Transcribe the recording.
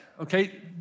okay